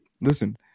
listen